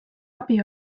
abi